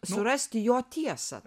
surasti jo tiesą